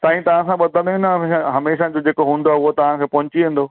सांई तव्हां खां वधि में न हमेशा जेको हूंदो उहो तव्हां खे पहुची वेंदो